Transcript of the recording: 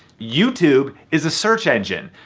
youtube is a search engine.